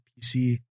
PC